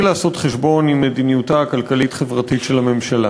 לעשות חשבון עם מדיניותה הכלכלית-חברתית של הממשלה.